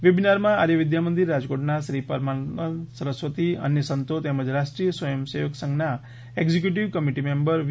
વેબિનારમાં આર્ય વિદ્યામંદિર રાજકોટના શ્રી પરત્માનંદ સરસ્વતી અન્ય સંતો તેમજ રાષ્ટ્રીય સ્વયંસેવક સંઘના એકઝ્યુકિટીવ કમિટિ મેમ્બર વી